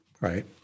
right